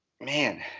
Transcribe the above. man